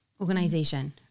organization